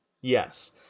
Yes